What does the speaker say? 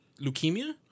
leukemia